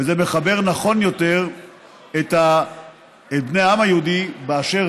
וזה מחבר נכון יותר את בני העם היהודי באשר